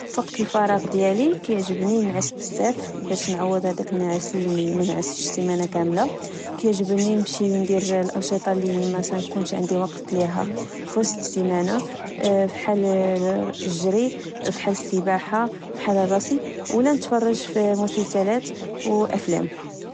فوقت الفراغ ديالي، كعجبني نعس بزاف باش نعوض هداك النعاس لمنعستش السيمانة كاملة، كعجبني نمشي ندير الأنشطة لمتنكوش عندي وقت ليها في وسط السيمانة فحال الجري، فحال السباحة، فحال الرسم، ولا نتفرج في المسلسلات والأفلام